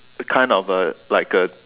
kind of a like a